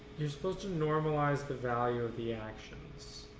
you're supposed to normalize the value of the actions,